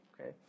okay